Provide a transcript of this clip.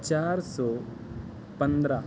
چار سو پندرہ